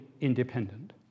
independent